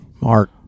Mark